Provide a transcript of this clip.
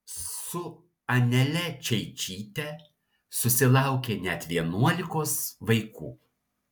su anele čeičyte susilaukė net vienuolikos vaikų